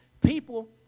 People